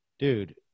Dude